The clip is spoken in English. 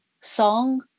song